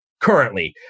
currently